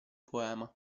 poema